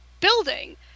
building